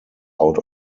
out